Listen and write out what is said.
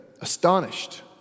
astonished